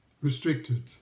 restricted